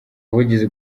buvugizi